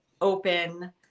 open